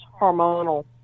hormonal